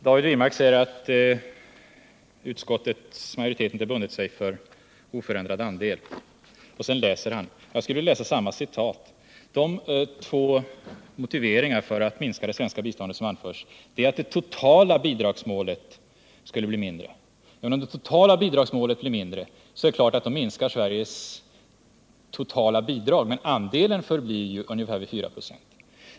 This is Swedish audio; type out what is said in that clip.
Herr talman! David Wirmark sade att utskottets majoritet inte har bundit sig för oförändrad andel, och sedan citerade han. Jag skulle vilja läsa samma citat. De två motiveringar som anförs för en minskning av det svenska biståndet går ut på att det totala bidragsmålet skulle bli mindre. Men om det totala bidragsmålet blir mindre, är det klart att Sveriges totala bidrag minskar. Andelen förblir emellertid ungefär 4 96.